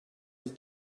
was